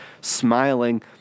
smiling